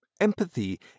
Empathy